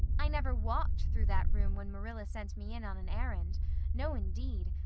i never walked through that room when marilla sent me in on an errand no, indeed,